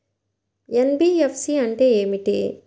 NBFC అంటే ఏమిటి?